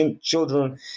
children